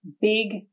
big